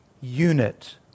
unit